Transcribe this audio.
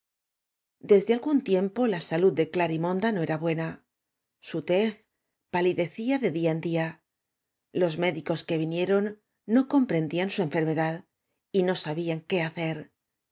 desde algún tiempo la salud de glarimonda no era buena su te palidecía de día en día los médicos que vinieroa oo compreadíaa su enfer medad y ao sabían qué hacer